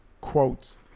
quotes